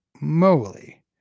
moly